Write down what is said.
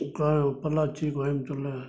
பொள்ளாச்சி கோயம்புத்தூரில்